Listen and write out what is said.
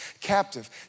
captive